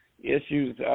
Issues